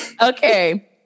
okay